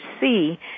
see